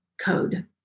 code